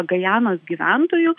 gajanos gyventojų